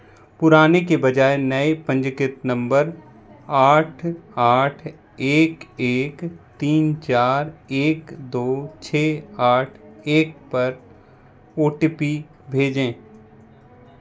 पुराने के बजाय नए पंजीकृत नंबर आठ आठ एक एक तीन चार एक दो छः आठ एक पर ओ टी पी भेजें